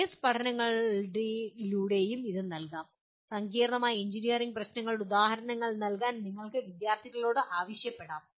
case പഠനങ്ങളിലൂടെയും ഇത് നൽകാം സങ്കീർണ്ണമായ എഞ്ചിനീയറിംഗ് പ്രശ്നങ്ങളുടെ ഉദാഹരണങ്ങൾ നൽകാൻ നിങ്ങൾക്ക് വിദ്യാർത്ഥികളോട് ആവശ്യപ്പെടാം